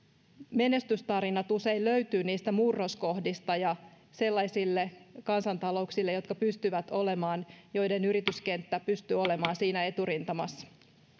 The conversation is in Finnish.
menestystarinat usein löytyvät niistä murroskohdista ja sellaisista kansantalouksista jotka pystyvät olemaan joiden yrityskenttä pystyy olemaan siinä eturintamassa